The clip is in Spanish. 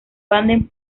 baden